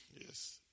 Yes